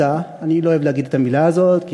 אני לא אוהב להגיד את המילה הזאת,